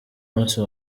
musi